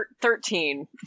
Thirteen